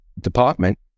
department